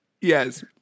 Yes